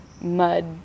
mud